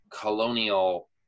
colonial